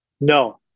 No